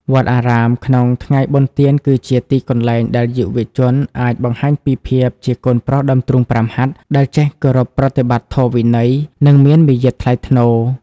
វត្តអារាមក្នុងថ្ងៃបុណ្យទាន គឺជាទីកន្លែងដែលយុវជនអាចបង្ហាញពីភាពជា "កូនប្រុសដើមទ្រូងប្រាំហត្ថ" ដែលចេះគោរពប្រតិបត្តិធម៌វិន័យ និងមានមារយាទថ្លៃថ្នូរ។